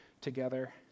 together